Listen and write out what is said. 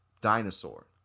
dinosaur